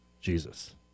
jesus